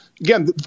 again